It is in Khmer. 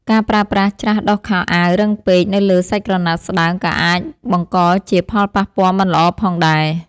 ការប្រើប្រាស់ច្រាសដុសខោអាវរឹងពេកនៅលើសាច់ក្រណាត់ស្តើងក៏អាចបង្កជាផលប៉ះពាល់មិនល្អផងដែរ។